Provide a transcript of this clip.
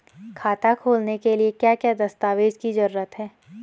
खाता खोलने के लिए क्या क्या दस्तावेज़ की जरूरत है?